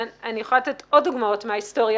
ואני יכולה לתת עוד דוגמאות מההיסטוריה